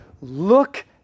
look